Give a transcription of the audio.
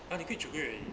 ha 你 quit 九个月而已